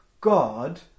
God